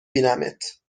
بینمت